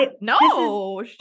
No